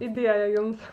idėją jums